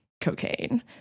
cocaine